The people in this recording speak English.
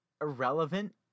irrelevant